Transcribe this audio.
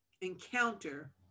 encounter